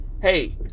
hey